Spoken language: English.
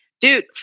dude